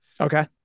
Okay